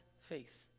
faith